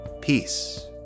peace